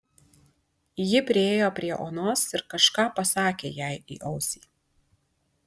ji priėjo prie onos ir kažką pasakė jai į ausį